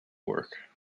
work